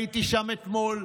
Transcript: הייתי שם אתמול,